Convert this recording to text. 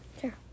Sure